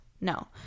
No